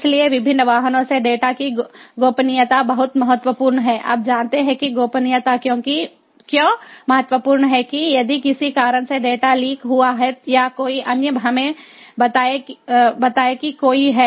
इसलिए विभिन्न वाहनों से डेटा की गोपनीयता बहुत महत्वपूर्ण है आप जानते हैं कि गोपनीयता क्यों महत्वपूर्ण है कि यदि किसी कारण से डेटा लीक हुआ है या कोई अन्य हमें बताए कि कोई है